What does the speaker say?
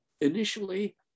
initially